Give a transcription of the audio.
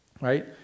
right